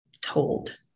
told